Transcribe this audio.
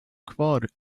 kvar